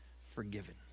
forgiven